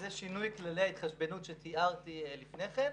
זה שינוי כללי ההתחשבנות שתיארתי לפני כן.